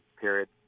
period